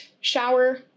shower